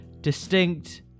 distinct